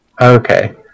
Okay